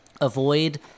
avoid